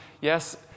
Yes